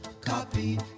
Copy